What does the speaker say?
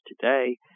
today